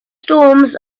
storms